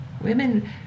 women